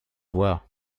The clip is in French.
voir